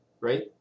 right